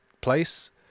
place